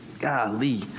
golly